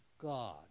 God